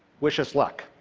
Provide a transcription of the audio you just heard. wish us luck.